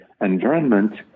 environment